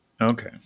okay